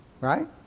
Right